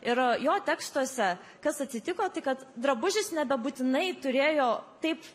ir jo tekstuose kas atsitiko tai kad drabužis nebebūtinai turėjo taip